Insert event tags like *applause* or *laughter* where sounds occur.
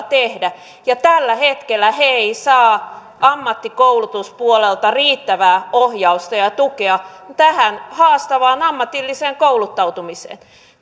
*unintelligible* tehdä tällä hetkellä he eivät saa ammattikoulutuspuolelta riittävää ohjausta ja tukea tähän haastavaan ammatilliseen kouluttautumiseen